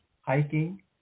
hiking